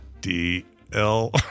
D-L